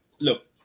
Look